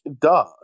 duh